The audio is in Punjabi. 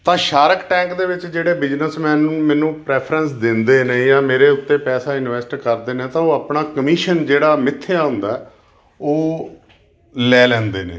ਤਾਂ ਸ਼ਾਰਕ ਟੈਂਕ ਦੇ ਵਿੱਚ ਜਿਹੜੇ ਬਿਜ਼ਨਸਮੈਨ ਨੂੰ ਮੈਨੂੰ ਪ੍ਰੈਫਰੈਂਸ ਦਿੰਦੇ ਨੇ ਜਾਂ ਮੇਰੇ ਉੱਤੇ ਪੈਸਾ ਇਨਵੈਸਟ ਕਰਦੇ ਨੇ ਤਾਂ ਉਹ ਆਪਣਾ ਕਮਿਸ਼ਨ ਜਿਹੜਾ ਮਿਥਿਆ ਹੁੰਦਾ ਉਹ ਲੈ ਲੈਂਦੇ ਨੇ